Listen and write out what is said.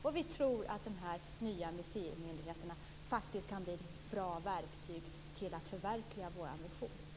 Och vi tror att den nya museimyndigheten faktiskt kan bli ett bra verktyg för att förverkliga vår vision.